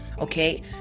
Okay